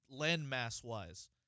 landmass-wise